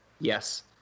Yes